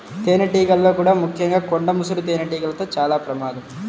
తేనెటీగల్లో కూడా ముఖ్యంగా కొండ ముసురు తేనెటీగలతో చాలా ప్రమాదం